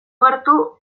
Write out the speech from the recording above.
gertu